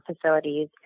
facilities